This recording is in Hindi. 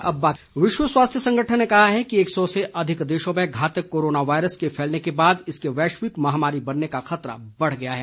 कोरोना विश्व स्वास्थ्य संगठन ने कहा है कि एक सौ से अधिक देशों में घातक कोरोना वायरस के फैलने के बाद इसके वैश्विक महामारी बनने का खतरा बढ़ गया है